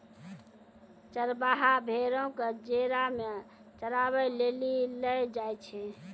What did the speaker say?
चरबाहा भेड़ो क जेरा मे चराबै लेली लै जाय छै